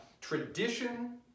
Tradition